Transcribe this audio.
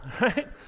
right